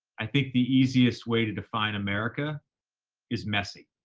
i think the easiest way to define america is messy.